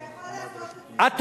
אתה יכול לעשות את זה איפה שאתה רוצה.